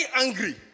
angry